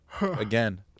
Again